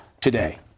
today